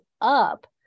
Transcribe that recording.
up